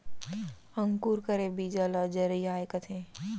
अंकुर करे बीजा ल जरई आए कथें